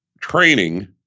training